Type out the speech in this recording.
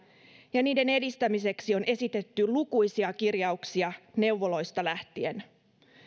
ja niiden edistämiseksi on esitetty lukuisia kirjauksia neuvoloista lähtien